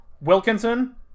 Wilkinson